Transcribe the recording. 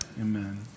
Amen